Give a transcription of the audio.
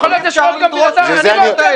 אי אפשר לדרוס את ההסכמות האלה.